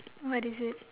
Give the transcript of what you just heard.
what is it